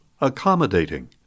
accommodating